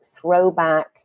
throwback